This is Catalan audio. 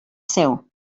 seu